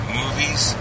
movies